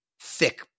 thick